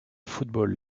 football